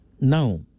Now